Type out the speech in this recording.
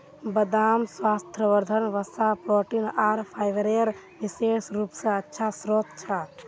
बदाम स्वास्थ्यवर्धक वसा, प्रोटीन आर फाइबरेर विशेष रूप स अच्छा स्रोत छ